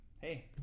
hey